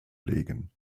legen